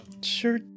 sure